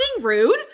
rude